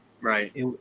Right